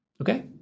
Okay